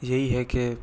यही है कि